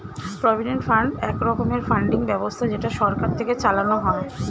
provident fund এক রকমের funding ব্যবস্থা যেটা সরকার থেকে চালানো হয়